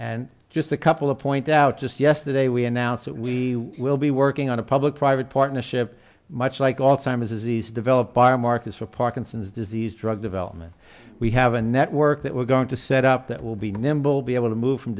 and just a couple of point out just yesterday we announced we will be working on a public private partnership much like all timers disease develop our markets for parkinson's disease drug development we have a network that we're going to set up that will be nimble be able to move from